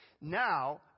now